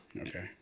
Okay